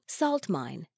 Saltmine